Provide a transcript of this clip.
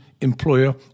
employer